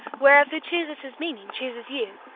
whereof who chooses his meaning chooses you,